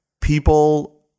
people